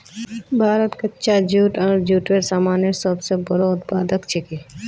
भारत कच्चा जूट आर जूटेर सामानेर सब स बोरो उत्पादक छिके